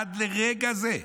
עד לרגע זה,